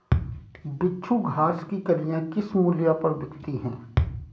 बिच्छू घास की कलियां किस मूल्य पर बिकती हैं?